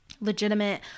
legitimate